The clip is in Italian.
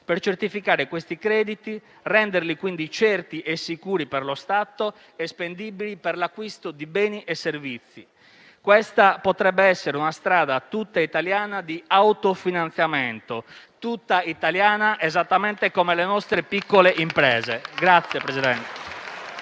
per certificare questi crediti, rendendoli quindi certi e sicuri per lo Stato e spendibili per l'acquisto di beni e servizi. Questa potrebbe essere una strada tutta italiana di autofinanziamento: tutta italiana esattamente come le nostre piccole imprese.